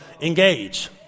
engage